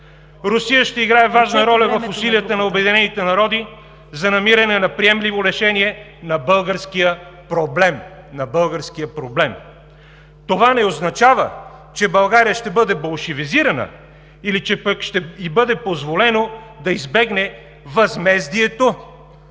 Русия ще играе важна роля в „усилията на обединените народи за намиране на приемливо решене на българския проблем. Това не означава, че България ще бъде болшевизирана, или че пък ще й бъде позволено да избегне възмездието,